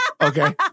Okay